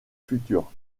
future